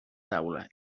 taula